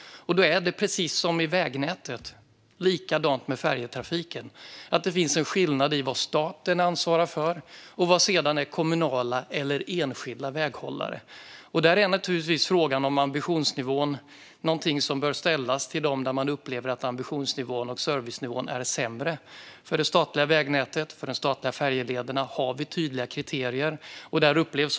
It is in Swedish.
Då är det precis med vägnätet som med färjetrafiken, att det finns en skillnad i vad staten ansvarar för och vad som är kommunala eller enskilda väghållares ansvar. Där bör naturligtvis frågan om ambitionsnivån ställas till dem där man upplever att ambitionsnivån och servicenivån är sämre. För det statliga vägnätet och de statliga färjelederna har vi tydliga kriterier.